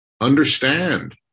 understand